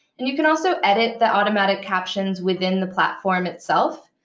and you could also edit the automatic captions within the platform itself.